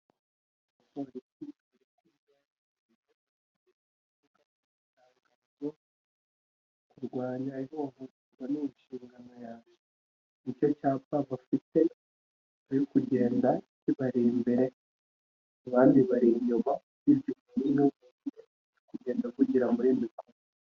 no kurwanya ihohoterwa ni' inshingano yanjye nicyo cyapa bafite ayo kugenda kibarebera bandi bari inyuma y'igi kugendagira muri miko